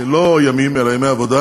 לא ימים אלא ימי עבודה